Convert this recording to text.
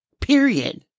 period